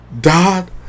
dad